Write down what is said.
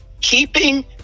keeping